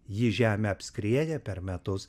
ji žemę apskrieja per metus